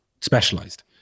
specialized